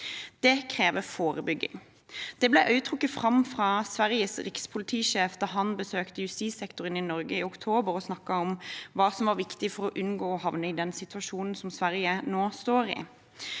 Det krever forebygging. Det ble også trukket fram av Sveriges rikspolitisjef da han besøkte justissektoren i Norge i oktober og snakket om hva som var viktig for å unngå å havne i den situasjonen som Sverige nå står i.